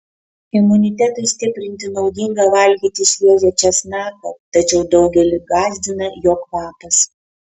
imunitetui stiprinti naudinga valgyti šviežią česnaką tačiau daugelį gąsdina jo kvapas